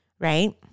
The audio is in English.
right